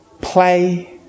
play